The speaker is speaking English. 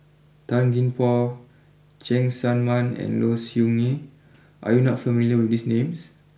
Tan Gee Paw Cheng Tsang Man and Low Siew Nghee are you not familiar with these names